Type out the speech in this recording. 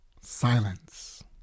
Silence